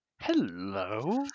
Hello